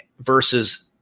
versus